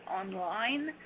online